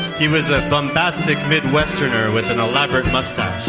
he was a bombastic midwesterner with an elaborate mustache.